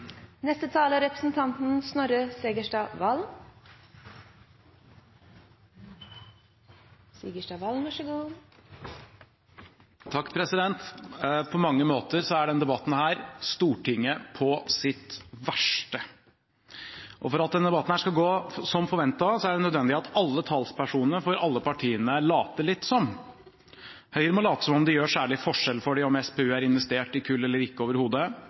På mange måter er denne debatten Stortinget på sitt verste. For at denne debatten skal gå som forventet, er det nødvendig at alle talspersonene for alle partiene later litt som. Høyre må late som om det gjør særlig forskjell for dem om SPU er investert i kull eller ikke